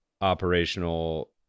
operational